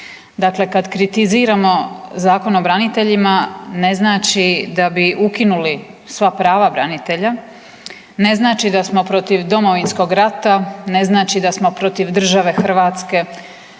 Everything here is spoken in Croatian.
Dakle, kad kritiziramo Zakon o braniteljima ne znači da bi ukinuli sva prava branitelja, ne znači da smo protiv Domovinskog rata, ne znači da smo protiv države Hrvatske